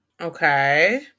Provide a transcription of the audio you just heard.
okay